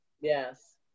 Yes